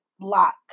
lock